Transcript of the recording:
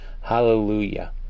Hallelujah